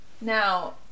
Now